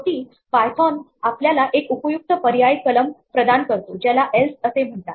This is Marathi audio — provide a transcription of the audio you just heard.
शेवटी पायथोन आपल्याला एक उपयुक्त पर्याय कलम प्रदान करतो ज्याला एल्स असे म्हणतात